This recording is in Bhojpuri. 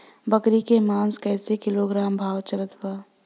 बकरी के मांस कईसे किलोग्राम भाव चलत बा?